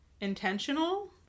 intentional